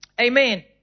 Amen